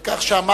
על כך שעמדתם